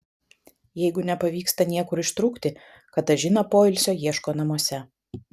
jeigu nepavyksta niekur ištrūkti katažina poilsio ieško namuose